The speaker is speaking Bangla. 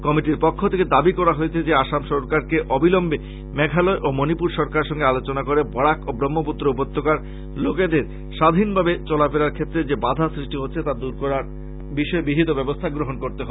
কমিটির পক্ষ থেকে দাবী করা হয়েছে যে আসাম সরকারকে অবিলম্বে মেঘালয় ও মণিপুর সরকারের সঙ্গে আলোচনা করে বরাক ও ব্রহ্মপুত্র উপত্যকার লোকেদের স্বাধীনভাবে চলাফেরার ক্ষেত্রে যে বাঁধা সৃষ্টি হচ্ছে তা দূর করার দাবী জানানো হয়েছে